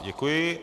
Děkuji.